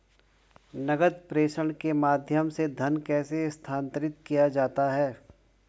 नकद प्रेषण के माध्यम से धन कैसे स्थानांतरित किया जाता है?